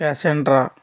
కేషన్డ్రా